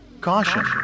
Caution